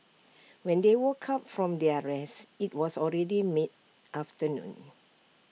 when they woke up from their rest IT was already mid afternoon